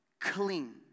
clean